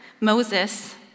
Moses